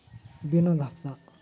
Binod Hansda